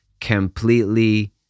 completely